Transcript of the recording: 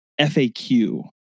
FAQ